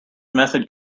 method